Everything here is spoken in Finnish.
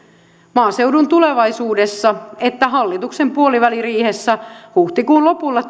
maaseudun tulevaisuudessa että hallituksen puoliväliriihessä huhtikuun lopulla